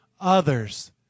others